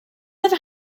never